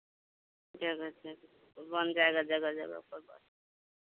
जगह बन जाएगा जगह जगह पर